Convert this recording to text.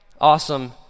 awesome